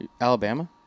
Alabama